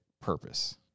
purpose